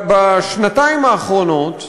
בשנתיים האחרונות,